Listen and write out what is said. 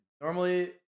normally